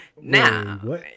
Now